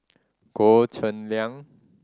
Goh Cheng Liang